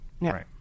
Right